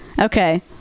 Okay